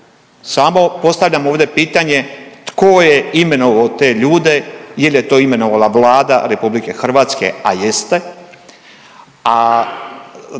Samo postavljam ovdje pitanje tko je imenovao te ljude, je li to imenovala Vlada RH, a jeste,